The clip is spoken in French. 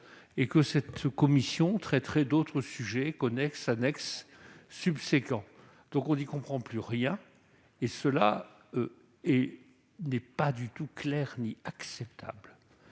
et que cette commission traiterait d'autres sujets connexes, annexes ou subséquents. On n'y comprend donc plus rien. Cela n'est ni clair ni acceptable.